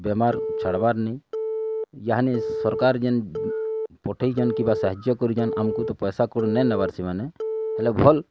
ବେମାର୍ ଛାଡ଼ବାର୍ ନାହିଁ ଇହାନେ ସରକାର୍ ଯେନ୍ ପଠେଇଛନ୍ କିବା ସାହାଯ୍ୟ କରିଛନ୍ ଆମ୍କୁ ତ ପଇସା କୁଠି ନେହିଁନେବାର୍ ସେମାନେ ହେଲେ ଭଲ୍